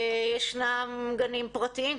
ישנם גנים פרטיים,